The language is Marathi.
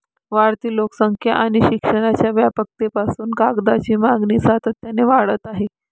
वाढती लोकसंख्या आणि शिक्षणाच्या व्यापकतेपासून कागदाची मागणी सातत्याने वाढत आहे